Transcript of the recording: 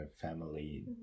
family